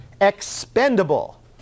expendable